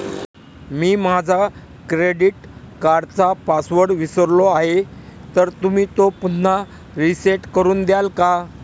मी माझा क्रेडिट कार्डचा पासवर्ड विसरलो आहे तर तुम्ही तो पुन्हा रीसेट करून द्याल का?